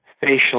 facial